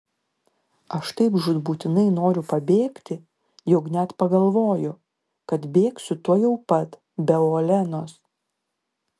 aš taip žūtbūtinai noriu pabėgti jog net pagalvoju kad bėgsiu tuojau pat be olenos